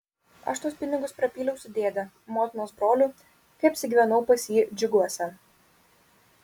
aš tuos pinigus prapyliau su dėde motinos broliu kai apsigyvenau pas jį džiuguose